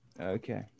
Okay